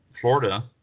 Florida